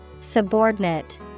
subordinate